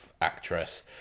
actress